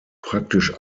praktisch